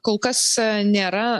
kol kas nėra